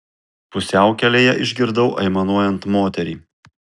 pusiaukelėje išgirdau aimanuojant moterį